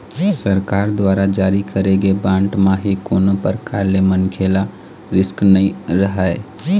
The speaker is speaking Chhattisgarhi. सरकार दुवारा जारी करे गे बांड म ही कोनो परकार ले मनखे ल रिस्क नइ रहय